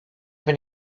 have